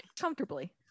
Comfortably